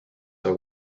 are